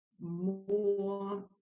more